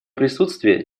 присутствие